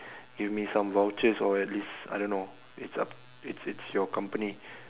give me some vouchers or at least I don't know it' up it's it's your company